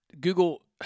Google